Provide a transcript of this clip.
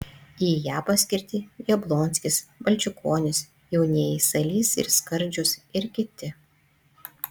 į ją paskirti jablonskis balčikonis jaunieji salys ir skardžius ir kiti